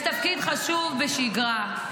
למנהיגים רוחניים, כבוד השר, יש תפקיד חשוב בשגרה,